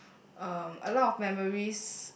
um a lot of memories